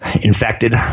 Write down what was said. infected